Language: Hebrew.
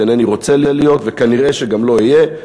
אינני רוצה להיות וכנראה שגם לא אהיה.